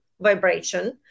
vibration